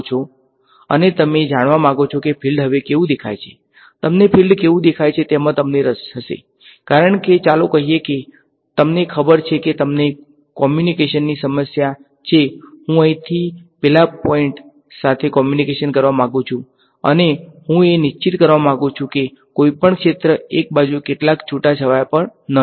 અને તમે જાણવા માગો છો કે ફિલ્ડ હવે કેવું દેખાય છે તમને ફિલ્ડમાં કેવું દેખાય છે તેમાં તમને રસ હશે કારણ કે ચાલો કહીએ કે તમને ખબર છે કે તમને કોમ્યુનીકેશનની સમસ્યા છે હું અહીંથી પેલા પોઈંટ સાથી કોમ્યુનીકેટ કરવા માંગુ છું અને અને હું એ સુનિશ્ચિત કરવા માંગુ છું કે કોઈ પણ ક્ષેત્ર એક બાજુ કેટલાક છૂટાછવાયા પર ન જાય